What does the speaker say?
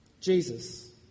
Jesus